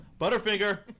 Butterfinger